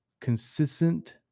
consistent